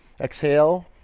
exhale